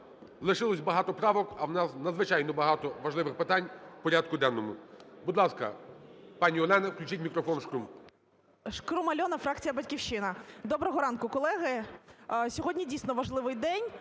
Лишилося багато правок, а у нас надзвичайно багато важливих питань в порядку денному. Будь ласка, пані Олена. Включіть мікрофонШкрум. 10:07:42 ШКРУМ А.І. ШкрумАльона, фракція "Батьківщина". Доброго ранку, колеги. Сьогодні, дійсно, важливий день.